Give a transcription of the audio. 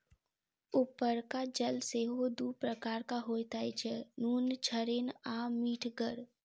उपरका जल सेहो दू प्रकारक होइत अछि, नुनछड़ैन आ मीठगर